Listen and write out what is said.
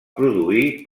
produir